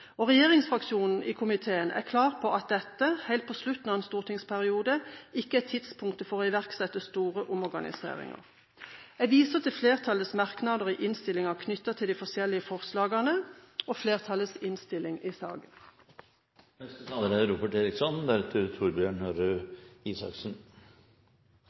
saken. Regjeringsfraksjonen i komiteen er klar på at dette, helt på slutten av en stortingsperiode, ikke er tidspunktet for å iverksette store omorganiseringer. Jeg viser til flertallets merknader i innstillingen knyttet til de forskjellige forslagene og flertallets innstilling i saken. La meg først kommentere det som saksordføreren avsluttet med, at det ikke er